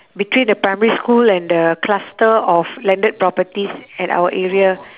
between the primary school and the cluster of landed properties at our area